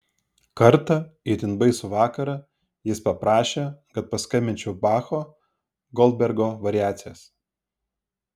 kartą itin baisų vakarą jis paprašė kad paskambinčiau bacho goldbergo variacijas